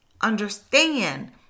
Understand